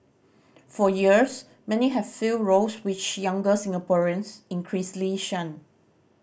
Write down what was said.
for years many have filled roles which younger Singaporeans increasingly shun